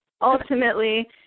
ultimately